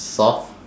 soft